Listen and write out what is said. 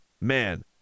Man